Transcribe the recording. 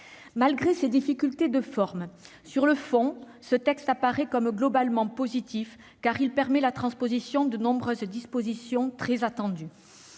Malgré ces difficultés de forme, sur le fond, ce texte apparaît comme globalement positif, car il permet la transposition de nombreuses dispositions très attendues.